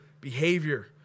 behavior